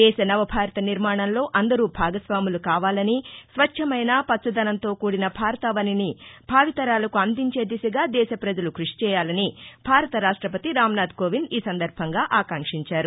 దేశ నవభారత నిర్మాణంలో అందరూ భాగస్వాములు కావాలని స్వఛ్చమైన పచ్చదనంతో కూడిన భారతావనిని భావితరాలకు అందించే దిశగా దేశప్రజలు కృషి చేయాలని భారత రాష్టపతి రామ్నాథ్ కోవింద్ ఈసందర్బంగా ఆకాంక్షించారు